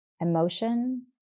emotion